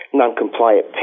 non-compliant